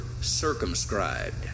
circumscribed